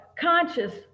conscious